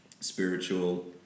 spiritual